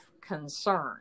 concern